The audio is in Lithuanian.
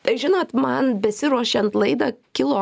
tai žinot man besiruošiant laidą kilo